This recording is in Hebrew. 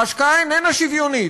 ההשקעה איננה שוויונית.